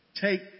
Take